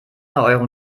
eure